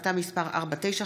החלטה מס' 4956,